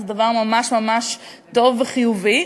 זה דבר ממש ממש טוב וחיובי,